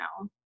now